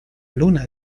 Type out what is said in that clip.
luna